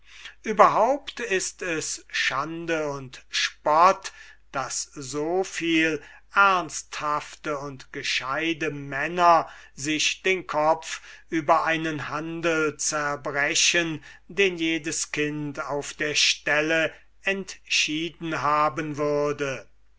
überhaupt ist es schande und spott daß so viel ernsthafte gescheute männer sich den kopf über einen handel zerbrechen den jedes kind auf der stelle entschieden haben würde